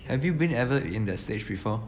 have you been ever in that stage before